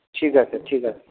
ঠিক আছে ঠিক আছে